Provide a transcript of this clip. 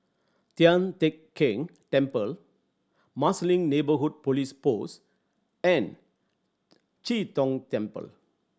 Tian Teck Keng Temple Marsiling Neighbourhood Police Post and Chee Tong Temple